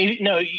no